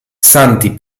santi